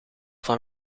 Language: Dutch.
van